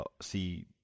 see